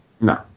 No